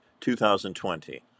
2020